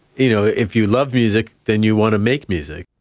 you know if you love music then you want to make music.